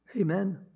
Amen